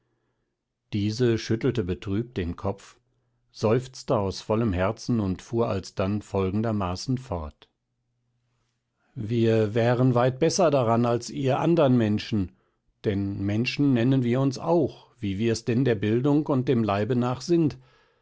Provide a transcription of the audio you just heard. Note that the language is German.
diese schüttelte betrübt den kopf seufzte aus vollem herzen und fuhr alsdann folgendermaßen fort wir wären weit besser daran als ihr andern menschen denn menschen nennen wir uns auch wie wir es denn der bildung und dem leibe nach sind